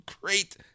great